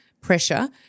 pressure